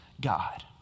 God